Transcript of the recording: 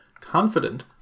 confident